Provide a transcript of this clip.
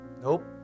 nope